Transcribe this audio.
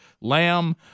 lamb